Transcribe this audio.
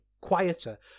quieter